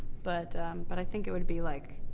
but but i think it would be like.